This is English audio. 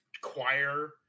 choir